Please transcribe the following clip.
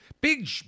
big